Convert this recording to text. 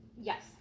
yes